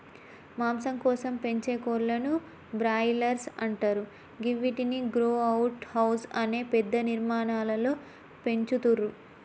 మాంసం కోసం పెంచే కోళ్లను బ్రాయిలర్స్ అంటరు గివ్విటిని గ్రో అవుట్ హౌస్ అనే పెద్ద నిర్మాణాలలో పెంచుతుర్రు